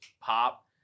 pop